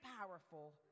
powerful